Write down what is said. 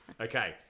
Okay